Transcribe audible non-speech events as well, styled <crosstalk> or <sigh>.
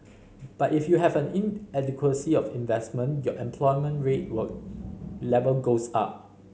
but if you have an inadequacy of investment your unemployment <unintelligible> were level goes up